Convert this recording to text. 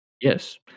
Yes